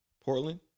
Portland